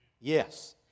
Yes